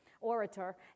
orator